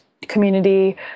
Community